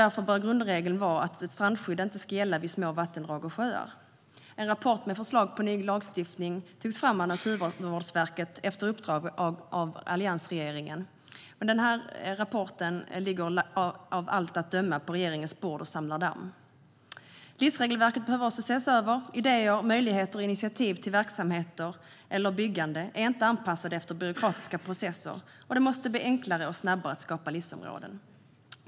Därför bör grundregeln vara att ett strandskydd inte ska gälla vid små vattendrag och sjöar. En rapport med förslag på ny lagstiftning togs fram av Naturvårdsverket efter uppdrag av alliansregeringen. Den rapporten ligger av allt att döma på regeringens bord och samlar damm. LIS-regelverket behöver också ses över. Idéer, möjligheter och initiativ till verksamheter eller byggande är inte anpassade efter byråkratiska processer. Det måste bli enklare och snabbare att skapa LIS-områden.